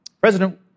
President